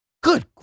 Good